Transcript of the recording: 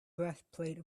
breastplate